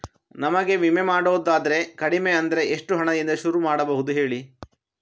ನಮಗೆ ವಿಮೆ ಮಾಡೋದಾದ್ರೆ ಕಡಿಮೆ ಅಂದ್ರೆ ಎಷ್ಟು ಹಣದಿಂದ ಶುರು ಮಾಡಬಹುದು ಹೇಳಿ